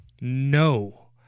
No